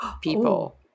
people